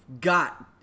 got –